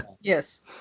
Yes